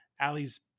Allie's